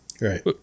Right